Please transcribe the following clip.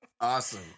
Awesome